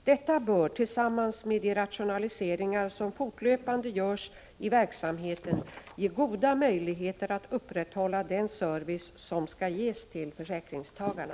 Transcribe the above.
Detta bör, tillsammans med de rationaliseringar som fortlöpande görs i verksamheten, ge goda möjligheter att upprätthålla den service som skall ges till försäkringstagarna.